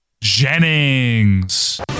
Jennings